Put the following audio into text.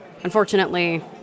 Unfortunately